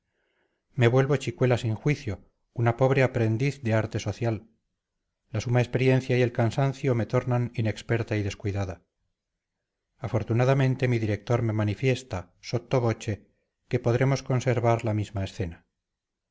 me vuelvo chicuela sin juicio una pobre aprendiz de arte social la suma experiencia y el cansancio me tornan inexperta y descuidada afortunadamente mi director me manifiesta sotto voce que podremos conservar la misma escena